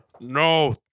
No